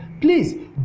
please